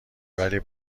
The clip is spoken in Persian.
ولی